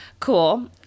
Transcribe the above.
Cool